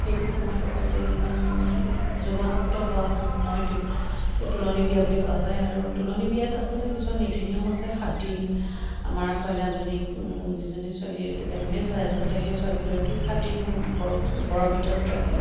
সেইটো সময়ত আচলতে যিখন মানে যৌৱনপ্ৰাপ্ত হোৱা সময়টোত তোলনি বিয়া বুলি কোৱা হয় আৰু তোলনি বিয়াত আচলতে কিছুমান নীতি নিয়ম আছে সাতদিন আমাৰ কইনাজনীক যিজনী ছোৱালী ছেকেণ্ড মেৰেজ হয় আচলতে সেই ছোৱালীগৰাকীক সাতদিন সোম ঘৰ ঘৰৰ ভিতৰত ৰাখে